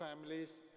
families